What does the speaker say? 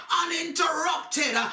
uninterrupted